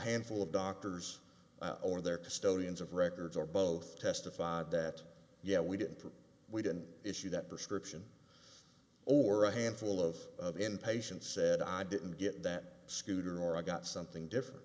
handful of doctors or their custodians of records or both testified that yeah we did we didn't issue that prescription or a handful of inpatient said i didn't get that scooter or i got something different